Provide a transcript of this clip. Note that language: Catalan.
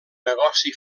negoci